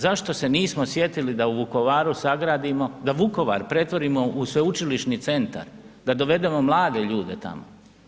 Zašto se nismo sjetili da u Vukovaru sagradimo, da Vukovar pretvorimo u sveučilišni centar, da dovedeno mlade ljude tamo?